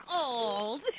old